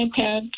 iPad